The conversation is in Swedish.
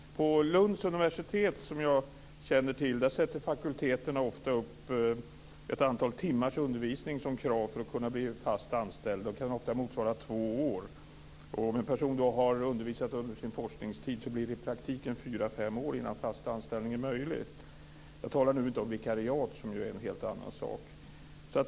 På Lunds universitet, som jag känner till, sätter fakulteterna ofta upp ett antal timmars undervisning som krav för att en person skall kunna bli fast anställd. Det kan ofta motsvara två år. Om en person har undervisat under sin forskningstid går det i praktiken fyra fem år innan fast anställning är möjlig. Jag talar nu inte om vikariat, som är en helt annan sak.